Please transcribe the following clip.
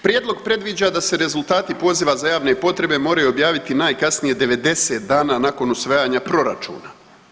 Prijedlog predviđa da se rezultati poziva za javne potrebe moraju objaviti najkasnije 90 dana nakon usvajanja proračuna.